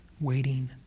waiting